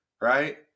Right